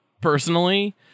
personally